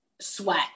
sweat